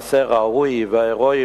מעשה ראוי והירואי,